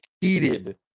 heated